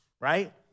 right